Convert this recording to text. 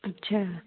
ਅੱਛਾ